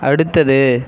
அடுத்தது